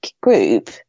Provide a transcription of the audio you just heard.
group